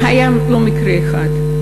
והיה לא מקרה אחד,